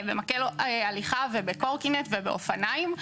במקל הליכה ובקורקינט ובאופנים,